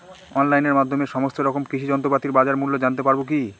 অনলাইনের মাধ্যমে সমস্ত রকম কৃষি যন্ত্রপাতির বাজার মূল্য জানতে পারবো কি?